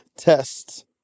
Test